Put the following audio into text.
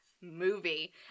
movie